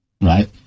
right